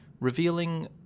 revealing